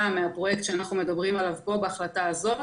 מהפרויקט שאנחנו מדברים עליו פה בהחלטה הזאת,